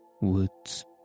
woods